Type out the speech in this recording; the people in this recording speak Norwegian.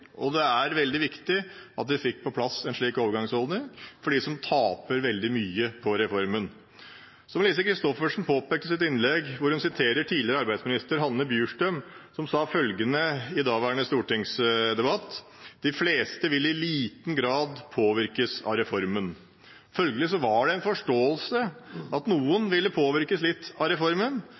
og det er veldig viktig – at vi fikk på plass en slik overgangsordning for dem som taper veldig mye på reformen. Som Lise Christoffersen påpekte i sitt innlegg, der hun siterte tidligere arbeidsminister Hanne Bjurstrøm, som sa i daværende stortingsdebatt at de fleste vil «i liten grad påvirkes av reformen.» Følgelig var det en forståelse for at noen ville påvirkes litt av reformen,